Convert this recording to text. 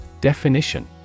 Definition